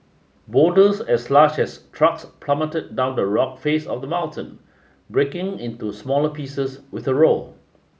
boulders as large as trucks plummeted down the rock face of the mountain breaking into smaller pieces with a roar